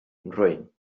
nhrwyn